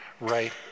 right